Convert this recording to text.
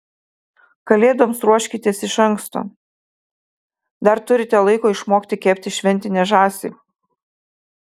kalėdoms ruoškitės iš anksto dar turite laiko išmokti kepti šventinę žąsį